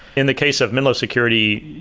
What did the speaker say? in the case of menlo security,